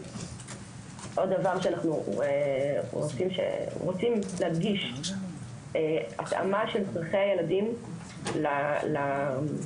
עוד דבר שאנחנו רוצים להדגיש: התאמה של צרכי הילדים להסעות היא